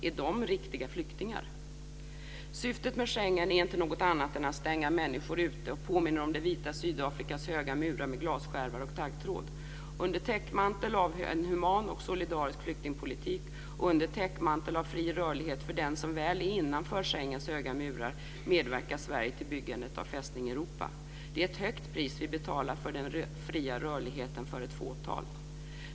Är de "riktiga" flyktingar? Syftet med Schengen är inte något annat än att stänga människor ute och påminner om det vita Sydafrikas höga murar med glasskärvor och taggtråd. Under täckmantel av en human och solidarisk flyktingpolitik och under täckmantel av fri rörlighet för den som väl är innanför Schengens höga murar medverkar Sverige till byggandet av Fästning Europa. Det är ett högt pris vi betalar för den fria rörligheten för ett fåtal.